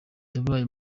yabaye